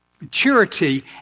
maturity